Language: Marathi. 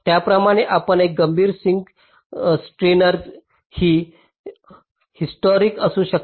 त्याचप्रमाणे आपण एक गंभीर सिंक स्टीनर ट्री ह्युरिस्टिक असू शकता